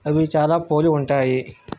అవి చాలా పోలి ఉంటాయి